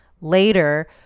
later